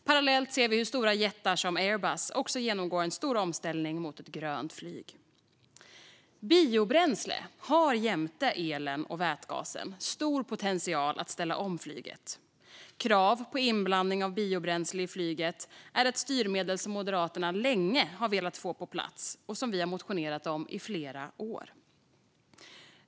Parallellt ser vi hur stora jättar som Airbus också genomgår en stor omställning mot ett grönt flyg. Biobränsle har jämte el och vätgas stor potential att ställa om flyget. Krav på inblandning av biobränsle i flyget är ett styrmedel som Moderaterna länge har velat få på plats, och vi har motionerat om det i flera år.